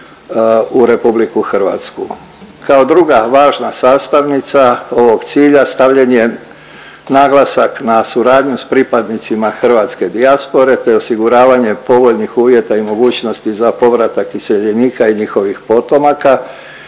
u RH. Kao druga važna sastavnica ovog cilja stavljen je naglasak na suradnju s pripadnicima hrvatske dijaspore te osiguravanje povoljnijih uvjeta i mogućnosti za povratak iseljenika i njihovih potomaka